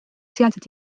sealsed